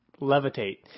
levitate